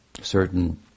certain